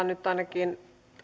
nyt ainakin